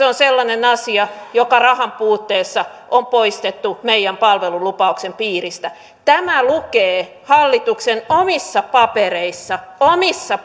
on sellainen asia joka rahan puutteessa on poistettu meidän palvelulupauksen piiristä tämä lukee hallituksen omissa papereissa omissa